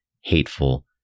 hateful